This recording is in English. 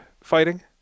fighting